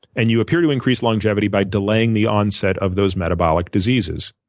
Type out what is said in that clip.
and you appear to increase longevity by delaying the onset of those metabolic diseases.